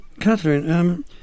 Catherine